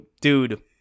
dude